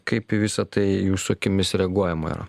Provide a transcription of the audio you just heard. kaip į visa tai jūsų akimis reaguojama yra